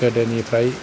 गोदोनिफ्राय